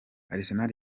arsenal